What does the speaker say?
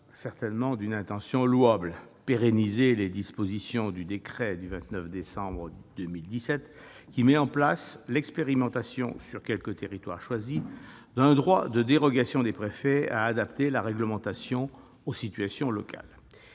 certainement d'une intention louable : pérenniser les dispositions du décret du 29 décembre 2017, qui met en place l'expérimentation, sur quelques territoires choisis, d'un droit de dérogation des préfets à adapter la réglementation aux situations locales.